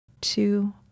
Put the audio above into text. two